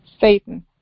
Satan